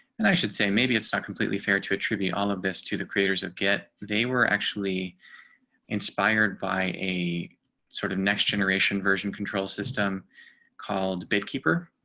and i should say, maybe it's not completely fair to attribute all of this to the creators of get they were actually inspired by a sort of next generation version control system called bit keeper.